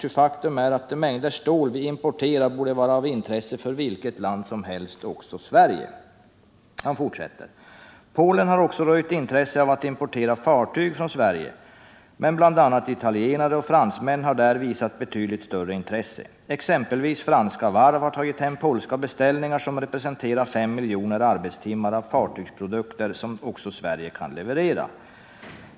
Ty faktum är att de mängder stål vi importerar borde vara av intresse för vilket land som helst, också Sverige.” Han fortsätter: ”Polen har också röjt intresse av att importera fartyg från Sverige, men bl.a. italienare och fransmän har där visat betydligt större intresse. Exempelvis franska varv har tagit hem polska beställningar som representerar fem miljoner arbetstimmar av fartygsprodukter som också Sverige kan leverera.